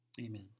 Amen